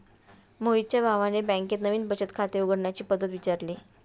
मोहितच्या भावाने बँकेत नवीन बचत खाते उघडण्याची पद्धत विचारली